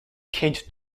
quinte